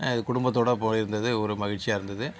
இது குடும்பத்தோடு போய்ருந்தது ஒரு மகிழ்ச்சியாக இருந்தது